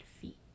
feet